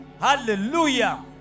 Hallelujah